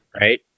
Right